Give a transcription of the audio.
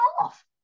off